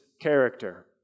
character